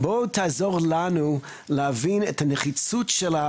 ולכן אני שואל אותך: האם הרגשתם שצריך